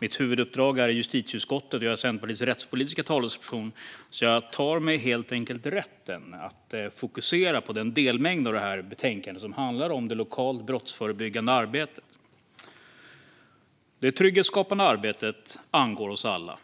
Mitt huvuduppdrag är i justitieutskottet, där jag är Centerpartiets rättspolitiska talesperson, så jag tar mig helt enkelt rätten att fokusera på den del av betänkandet som handlar om det lokala brottsförebyggande arbetet. Det trygghetsskapande arbetet angår oss alla.